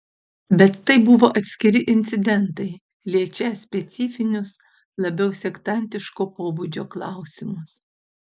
bet tai buvo atskiri incidentai liečią specifinius labiau sektantiško pobūdžio klausimus